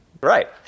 Right